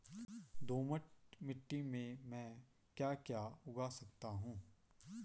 दोमट मिट्टी में म ैं क्या क्या उगा सकता हूँ?